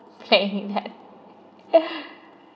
playing that